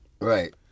Right